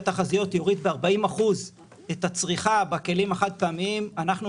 היית צריך להכין את בעלי העסקים פה שלא